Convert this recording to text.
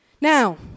Now